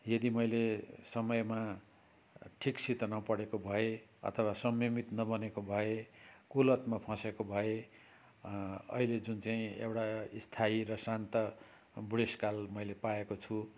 यदि मैले समयमा ठिकसित नपढेको भए अथवा संयमित नबनेको भए कुलतमा फसेको भए अहिले जुन चाहिँ एउटा स्थायी र शान्त बुढेसकाल मैले पाएको छु